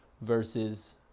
versus